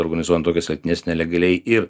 organizuojant tokias lenktynes nelegaliai ir